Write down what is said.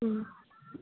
ꯎꯝ